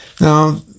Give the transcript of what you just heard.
Now